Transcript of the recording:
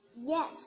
Yes